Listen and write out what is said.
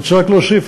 אני רוצה רק להוסיף.